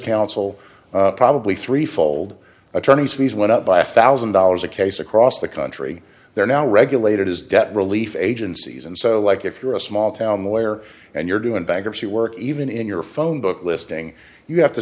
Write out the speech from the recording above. counsel probably three fold attorneys fees went up by a thousand dollars a case across the country they're now regulated as debt relief agencies and so like if you're a small town mayor and you're doing bankruptcy work even in your phone book listing you have to